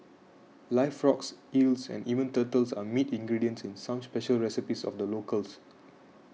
live frogs eels and even turtles are meat ingredients in some special recipes of the locals